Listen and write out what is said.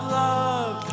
love